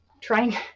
trying